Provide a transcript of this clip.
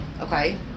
Okay